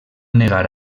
negar